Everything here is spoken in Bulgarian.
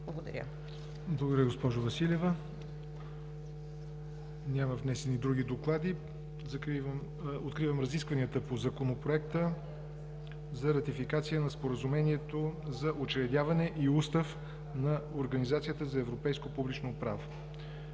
Благодаря, госпожо Василева. Няма внесени други доклади. Откривам разискванията по Законопроекта за ратификация на Споразумението за учредяване и Устав на Организацията за европейско публично право.